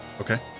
okay